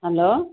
hello